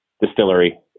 distillery